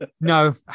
no